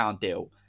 deal